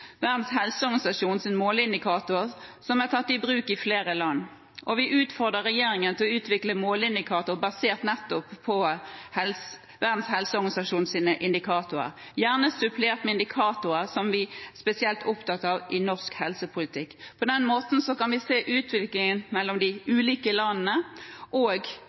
Verdens helseorganisasjons måleindikatorer som er tatt i bruk i flere land. Vi utfordrer regjeringen til å utvikle måleindikatorer basert på de som Verdens helseorganisasjon bruker, gjerne supplert med indikatorer som vi er spesielt opptatt av i norsk helsepolitikk. På den måten kan vi se utviklingen mellom de ulike landene og